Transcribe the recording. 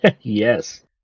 Yes